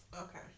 Okay